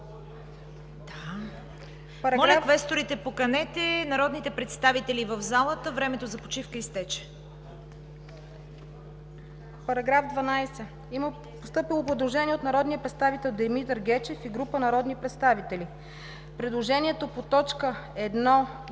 Моля, квесторите, поканете народните представители в залата, времето за почивка изтече. ДОКЛАДЧИК ИРЕНА ДИМОВА: По § 12 има постъпило предложение от народния представител Димитър Гечев и група народни представители. Предложението по т. 1,